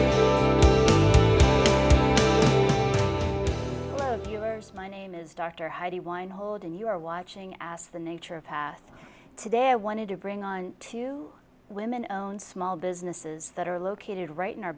my name is dr heidi weinhold and you are watching asked the nature of past today i wanted to bring on two women own small businesses that are located right in our